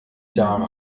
jahre